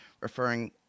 referring